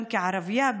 גם כערבייה,